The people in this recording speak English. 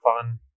fun